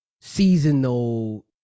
seasonal